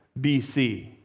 BC